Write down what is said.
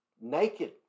naked